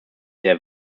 der